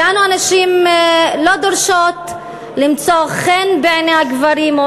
שאנו הנשים לא דורשות למצוא חן בעיני הגברים או